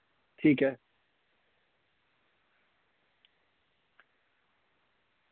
ठीक ऐ